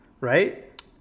Right